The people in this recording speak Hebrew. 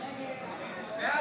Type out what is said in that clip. בעד